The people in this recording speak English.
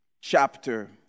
chapter